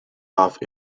off